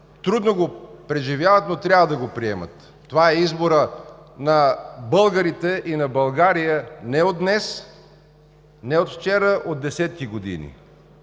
трудно го преживяват, но трябва да го приемат. Това е изборът на българите и на България не от днес, не от вчера, от десетки години